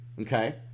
Okay